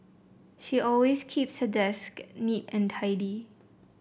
she always keeps her desk neat and tidy